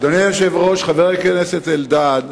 אדוני היושב-ראש, חבר הכנסת אלדד.